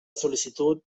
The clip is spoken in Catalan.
sol·licitud